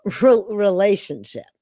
relationship